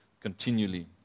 continually